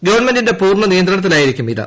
ഗവൺമെന്റിന്റെ പൂർണ്ണനിയന്ത്രണത്തിലാ യിരിക്കും ഇത്